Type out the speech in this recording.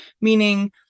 meaning